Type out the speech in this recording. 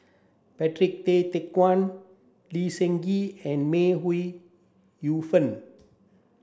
Patrick Tay Teck Guan Lee Seng Gee and May Ooi Yu Fen